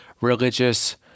religious